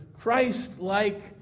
Christ-like